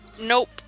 Nope